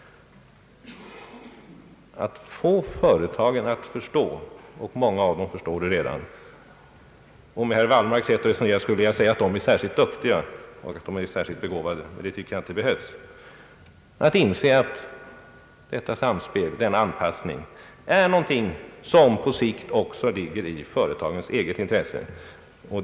Det är vår strävan att få företagen att inse — många av dem inser det redan — att denna anpassning är någonting som på sikt också ligger i företagens intresse; med herr Wallmarks sätt att resonera skulle jag väl säga att de företag som inser detta är särskilt duktiga, men det tycker jag inte behövs.